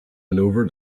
maneuver